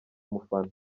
mufana